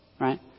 Right